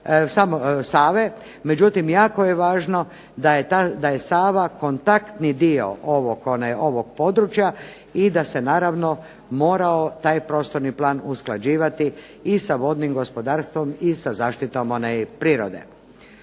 Međutim, jako je važno da je Sava kontaktni dio ovog područja i da se naravno morao taj prostorni plan usklađivati i sa vodnim gospodarstvom i sa zaštitom prirode.